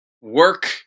work